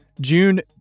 June